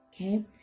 Okay